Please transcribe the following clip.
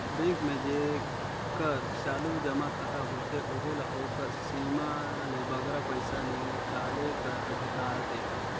bank में जेकर चालू जमा खाता होथे ओहू ल ओकर सीमा ले बगरा पइसा हिंकाले कर अधिकार देथे